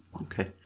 Okay